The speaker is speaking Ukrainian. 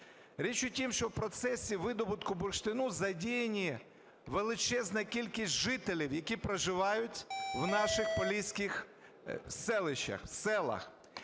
Річ у тім, що в процесі видобутку бурштину задіяна величезна кількість жителів, які проживають в наших поліських селищах, селах.